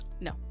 No